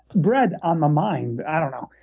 bread on my mind. i don't know.